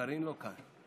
קארין לא כאן.